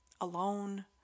alone